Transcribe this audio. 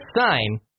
sign